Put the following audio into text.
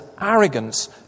arrogance